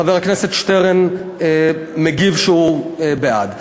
חבר הכנסת שטרן מגיב שהוא בעד.